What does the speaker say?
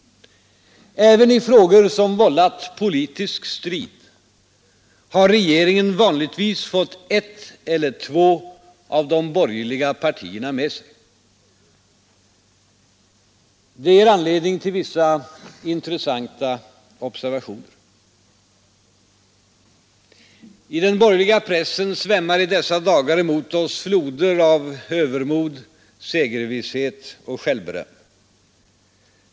Även i frågor som vållat politisk strid har regeringen vanligtvis fått ett eller två av de borgerliga partierna med sig. Det ger anledning till vissa intressanta observationer. I den borgerliga pressen svämmar i dessa dagar emot oss floder av övermod, segervisshet och självberöm.